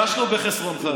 הרגשנו בחסרונך.